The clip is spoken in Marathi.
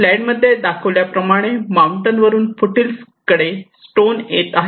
स्लाईड मध्ये दाखविल्याप्रमाणे माऊंटन वरून फुट हिल्स कडे स्टोन येत आहेत